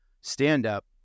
stand-up